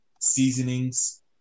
seasonings